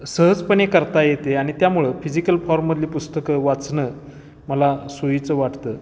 सहजपणे करता येते आनि त्यामुळं फिजिकल फॉर्ममधली पुस्तकं वाचणं मला सोईचं वाटतं